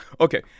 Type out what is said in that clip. Okay